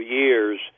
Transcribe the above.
years